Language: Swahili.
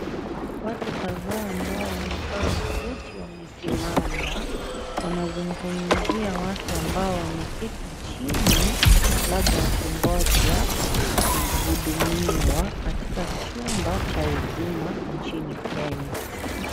Watu kadhaa ambao wamevaa suti wamesimama. Wanazungumzia watu ambao wameketi chini, labda wakingoja kuhudumiwa katika chumba cha Huduma nchini Kenya.